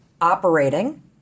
operating